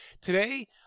Today